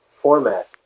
format